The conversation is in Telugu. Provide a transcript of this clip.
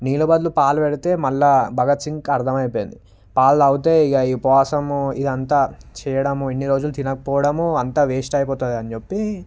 నీళ్ళ బదులు పాలు పెడితే మళ్ళా భగత్ సింగ్ కర్దమయిపోయింది పాలు తాగితే ఇక ఉపవాసం ఇదంతా చేయడం ఇన్ని రోజులు తినకపోవడం అంత వేస్ట్ అయిపోతుంది అని చెప్పి